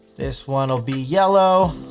this one will be yellow.